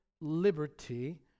Liberty